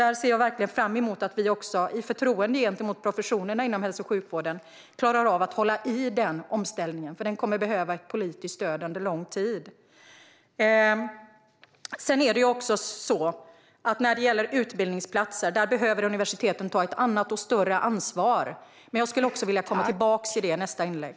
Jag ser verkligen fram emot att vi i förtroende gentemot professionerna inom hälso och sjukvården klarar av att hålla i denna omställning. Den kommer att behöva ett politiskt stöd under lång tid. När det gäller utbildningsplatser behöver universiteten ta ett annat och större ansvar. Jag vill återkomma till det i nästa inlägg.